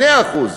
2%,